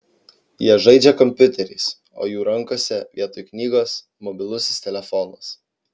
jie žaidžia kompiuteriais o jų rankose vietoj knygos mobilusis telefonas